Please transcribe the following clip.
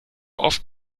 oft